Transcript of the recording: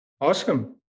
Awesome